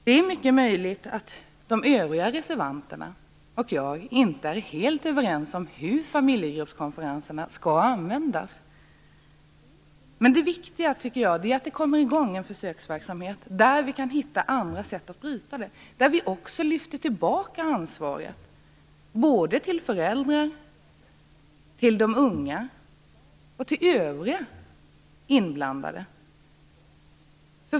Det är mycket möjligt att de övriga reservanterna och jag inte är helt överens om hur familjegruppskonferenserna skall användas, men det viktiga tycker jag är att det kommer i gång en försöksverksamhet som gör att vi kan hitta sätt att avbryta denna utveckling och att vi lyfter tillbaka ansvaret till både föräldrarna, de unga och övriga inblandade.